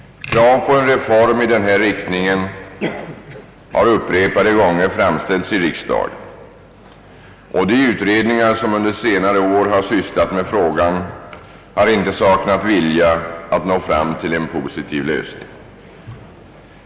Krav på en reform i denna riktning har upprepade gånger framförts i riksdagen, och de utredningar som under senare år sysslat med frågan har inte saknat viljan att nå fram till en positiv lösning.